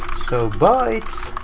so, bytes